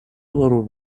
little